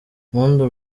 mpundu